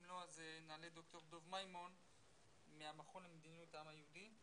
אם לא אז נעלה את ד"ר דב מימון מהמכון למדיניות העם היהודי.